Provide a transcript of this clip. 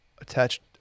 attached